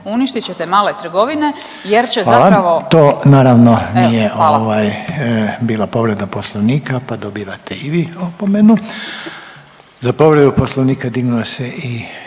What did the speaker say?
uništit ćete male trgovine jer će zapravo … **Reiner, Željko (HDZ)** Hvala. To naravno nije bila povreda Poslovnika, pa dobivate i vi opomenu. Za povredu Poslovnika dignuo se i